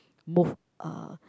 move uh